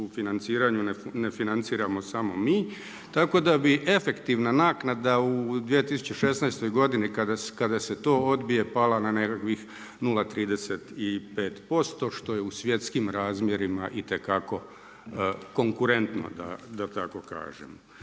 u financiranju, ne financiramo samo mi. Tako da bi efektivna naknada u 2016. godini kada se to odbije pala na nekakvih 0,35% što je u svjetskim razmjerima itekako konkurentno da tako kažem.